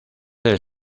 del